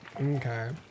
Okay